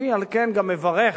על כן אני גם מברך,